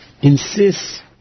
insists